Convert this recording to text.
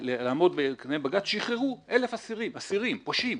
לעמוד --- בג"ץ, שיחררו 1,000 אסירים, פושעים.